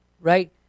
right